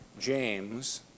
James